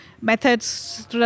methods